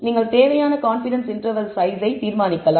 நீங்கள் தேவையான confidence interval size ஸை தீர்மானிக்கலாம்